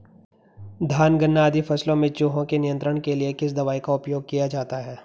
धान गन्ना आदि फसलों में चूहों के नियंत्रण के लिए किस दवाई का उपयोग किया जाता है?